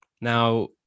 Now